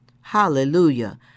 Hallelujah